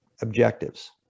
objectives